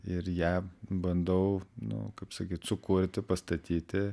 ir ją bandau nu kaip sakyt sukurti pastatyti